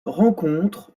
rencontres